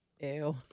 Ew